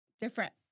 different